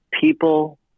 people